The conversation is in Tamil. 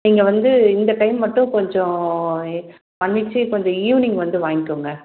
நீங்கள் வந்து இந்த டைம் மட்டும் கொஞ்சம் மன்னிச்சு கொஞ்சம் ஈவினிங் வந்து வாங்கிக்கோங்க